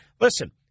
Listen